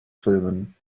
filmen